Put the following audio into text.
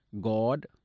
God